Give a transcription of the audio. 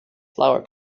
flower